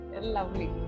Lovely